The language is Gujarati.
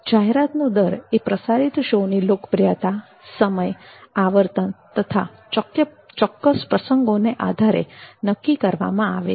જાહેરાતનો દર એ પ્રસારિત શોની લોકપ્રિયતા સમય આવર્તન તથા ચોક્કસ પ્રસંગોને આધારે નક્કી કરવામાં આવેલ છે